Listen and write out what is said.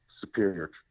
superior